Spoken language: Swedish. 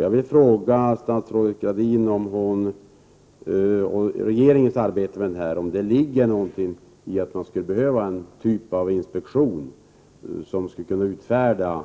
Jag vill fråga statsrådet Gradin om regeringens arbete innefattar frågan om det skulle behövas någon typ av inspektion för utfärdande av